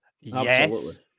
Yes